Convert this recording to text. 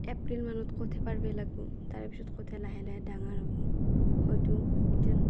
এপ্ৰিলমানত কঠীয়া পাৰিবই লাগিব তাৰে পিছত কঠীয়া লাহে লাহে ডাঙৰ হ'ব হয়তো ইতেন